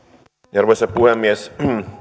arvoisa puhemies